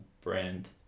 brand